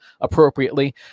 appropriately